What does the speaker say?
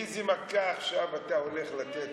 איזו מכה עכשיו אתה הולך לתת